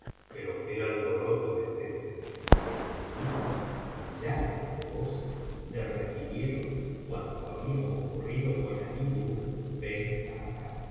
pero qué alboroto es ese y en seguida millares de voces le refirieron cuanto había ocurrido con alí nur ben khacan y